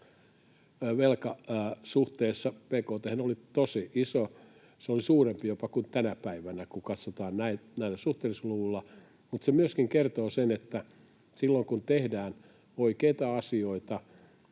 velka suhteessa bkt:hen oli tosi iso. Se oli jopa suurempi kuin tänä päivänä, kun katsotaan näillä suhteellisuusluvuilla. Mutta se myöskin kertoo sen, että silloin kun tehdään oikeita asioita